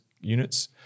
units